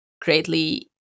greatly